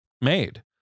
made